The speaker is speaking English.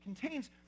contains